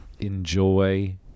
enjoy